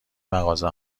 مغازه